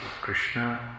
Krishna